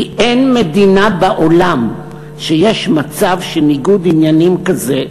כי אין מדינה בעולם שיש בה מצב של ניגוד עניינים כזה,